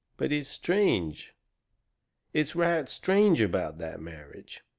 but it's strange it's right strange about that marriage.